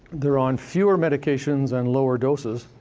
they're on fewer medications and lower doses,